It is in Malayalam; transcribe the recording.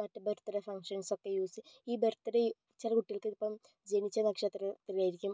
മറ്റ് ബർത്ത് ഡേ ഫംഗ്ഷൻസൊക്കെ യൂസ് ഈ ബർത്ത് ഡേ ചില കുട്ടികൾക്ക് ഇപ്പോൾ ജനിച്ച നക്ഷത്രത്തിലായിരിക്കും